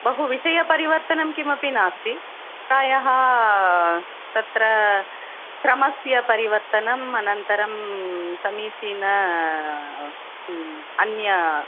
बहु विषयपरिवर्तनं किमपि नास्ति प्रायः तत्र क्रमस्य परिवर्तनम् अनन्तरं समीचीनं किम् अन्य